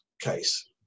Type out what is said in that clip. case